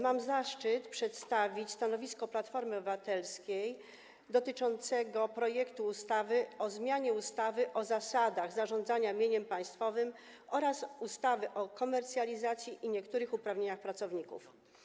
Mam zaszczyt przedstawić stanowisko Platformy Obywatelskiej dotyczące projektu ustawy o zmianie ustawy o zasadach zarządzania mieniem państwowym oraz ustawy o komercjalizacji i niektórych uprawnieniach pracowników.